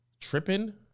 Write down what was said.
tripping